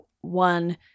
one